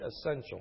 essential